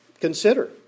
consider